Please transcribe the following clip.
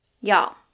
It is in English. y'all